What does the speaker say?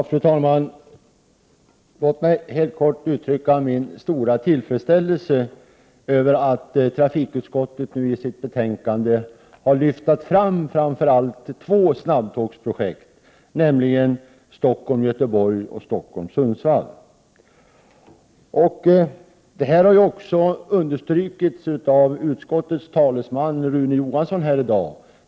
Fru talman! Låt mig helt kort uttrycka min stora tillfredsställelse över att 28 april 1989 trafikutskottet nu i sitt betänkande har lyft fram särskilt två snabbtågsprojekt, nämligen Stockholm-Göteborg och Stockholm-Sundsvall. Detta har ju också understrukits av utskottets talesman Rune Johansson här i dag.